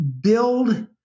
build